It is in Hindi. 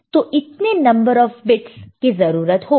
तो इतने नंबर ऑफ बिट्स की जरूरत होगी